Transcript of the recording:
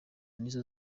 nizo